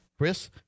Chris